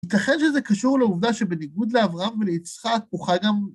ייתכן שזה קשור לעובדה שבניגוד לאברהם וליצחק הוא חגם...